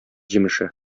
җимеше